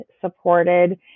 supported